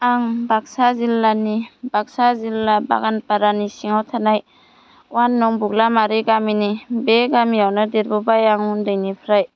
आं बाक्सा जिल्लानि बाक्सा जिल्ला बागानपारानि सिङाव थानाय अवान नं बुग्लामारि गामिनि बे गामियावनो देरबोबाय आं उन्दैनिफ्राय